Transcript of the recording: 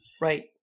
Right